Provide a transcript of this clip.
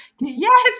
Yes